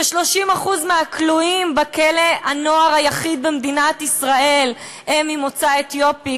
כש-30% מהכלואים בכלא הנוער היחיד במדינת ישראל הם ממוצא אתיופי,